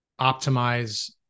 optimize